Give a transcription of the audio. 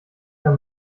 herr